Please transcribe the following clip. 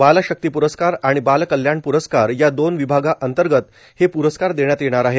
बाल शक्ती प्रस्कार आणि बाल कल्याण प्रस्कार या दोन विभागांतर्गत हे प्रस्कार देण्यात येणार आहेत